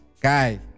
guy